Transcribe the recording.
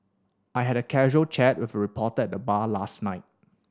I had a casual chat with a reporter at the bar last night